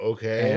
Okay